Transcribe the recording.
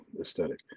aesthetic